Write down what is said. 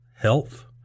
health